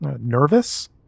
nervous